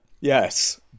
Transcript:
Yes